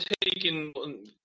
taking –